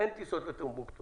אין טיסות לטומבוקטו